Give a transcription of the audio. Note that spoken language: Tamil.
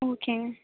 ஆ ஓகேங்க